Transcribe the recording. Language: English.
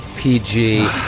PG